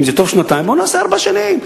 אם זה טוב שנתיים, בוא נעשה ארבע שנים.